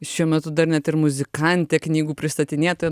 šiuo metu dar net ir muzikantė knygų pristatinėtoja